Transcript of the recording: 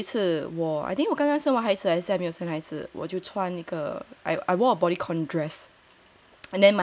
I remember 有一次我 I think 我刚刚生完孩子还是没有生完孩子那一次我就穿一个 I wore a body con dress